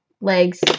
legs